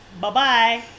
Bye-bye